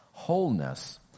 wholeness